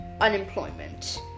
unemployment